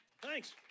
Thanks